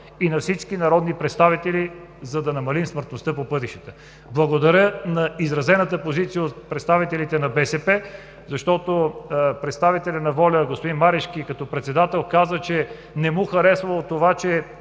и на всички народни представители, за да намалим смъртността по пътищата. Благодаря на изразената позиция от представителите на БСП, защото представителят на „Воля“ – господин Марешки като председател, каза, че не му харесвало това, че